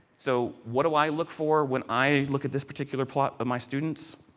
so, what do i look for when i look at this particular plot of my students.